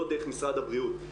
לא דרך משרד הבריאות.